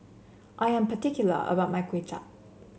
I am particular about my Kway Chap